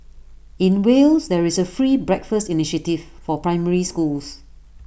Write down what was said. in Wales there is A free breakfast initiative for primary schools